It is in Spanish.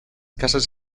casas